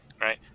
right